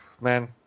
man